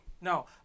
No